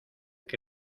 que